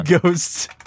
Ghosts